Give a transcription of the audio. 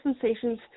sensations